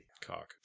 Cock